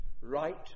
Right